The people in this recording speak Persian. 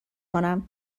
کنم